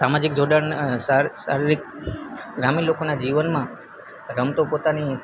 સામાજિક જોડાણ શારીરિક ગ્રામીણ લોકોના જીવનમાં રમતો પોતાની